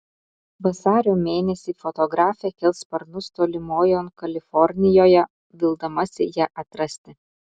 vasario mėnesį fotografė kels sparnus tolimojon kalifornijoje vildamasi ją atrasti